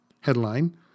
headline